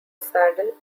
saddle